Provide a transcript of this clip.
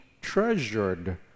treasured